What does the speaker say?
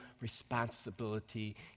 responsibility